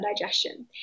digestion